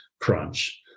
crunch